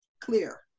Clear